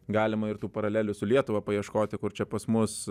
galima ir tų paralelių su lietuva paieškoti kur čia pas mus